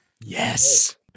Yes